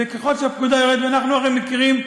וככל שהפקודה יורדת הרי אנחנו מכירים.